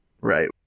Right